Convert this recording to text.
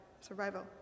survival